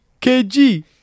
KG